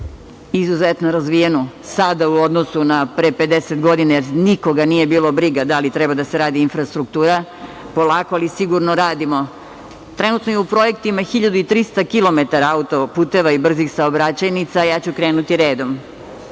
izuzetno razvijenu sada u odnosu na pre 50 godina, jer nikoga nije bilo briga da li treba da se radi infrastruktura, polako, ali sigurno radimo. Trenutno je u projektima 1300 kilometara autoputeva i brzih saobraćajnica i ja ću krenuti redom.